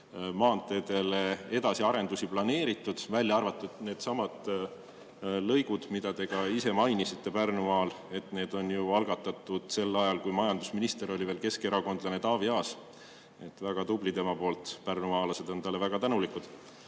maanteedele edasiarendusi planeeritud, välja arvatud needsamad lõigud Pärnumaal, mida te ka ise mainisite. Ja need on algatatud sel ajal, kui majandusminister oli veel keskerakondlane Taavi Aas. Väga tubli tema poolt. Pärnumaalased on talle väga tänulikud. Aga